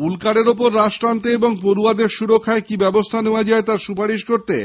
পুলকারে ওপর রাশ টানতে এবং পড়য়াদের সুরক্ষায় কি ব্যবস্থা নেওয়া যায় তার সুপারিশ করতে